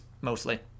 mostly